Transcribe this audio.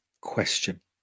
question